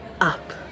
Up